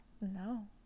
No